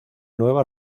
nueva